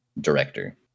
director